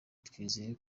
twizeye